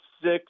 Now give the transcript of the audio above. six